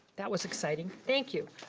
that was exciting, thank you.